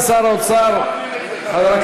איסור גביית עמלה בהרשאה לחיוב חשבון בהוראת